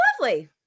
lovely